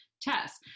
tests